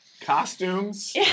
Costumes